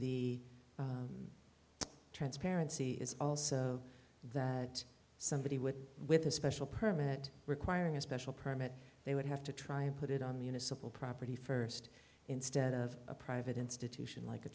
the transparency is also that somebody would with a special permit requiring a special permit they would have to try and put it on municipal property first instead of a private institution like a